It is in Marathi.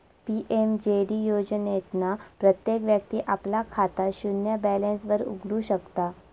पी.एम.जे.डी योजनेतना प्रत्येक व्यक्ती आपला खाता शून्य बॅलेंस वर उघडु शकता